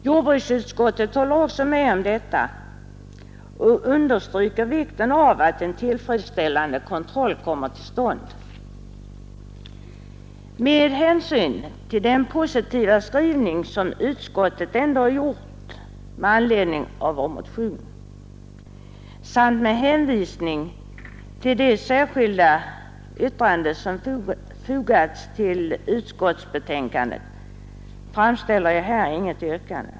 Jordbruksutskottet håller också med om detta och understryker vikten av att en tillfredsställande kontroll kommer till stånd. Med hänsyn till den positiva skrivning som utskottet ändå gjort med anledning av motionen samt med hänvisning till det särskilda yttrande som fogats till utskottsbetänkandet ställer jag här inget yrkande.